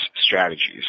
strategies